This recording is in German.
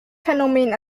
phänomen